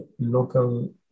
local